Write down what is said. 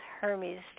Hermes